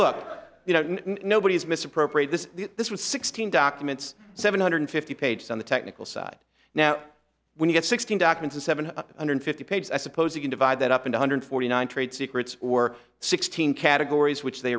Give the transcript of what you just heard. look you know nobody's misappropriate this this was sixteen documents seven hundred fifty pages on the technical side now when you get sixteen documents in seven hundred fifty pages i suppose you can divide that up in one hundred forty nine trade secrets or sixteen categories which they